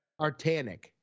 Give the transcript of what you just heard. Artanic